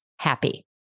happy